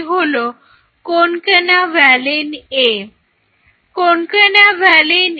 Concanavaline A হলো এক ধরনের লেকটিন